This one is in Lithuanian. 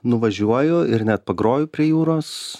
nuvažiuoju ir net pagroju prie jūros